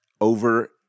over